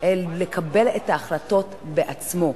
לקבל את ההחלטות בעצמו.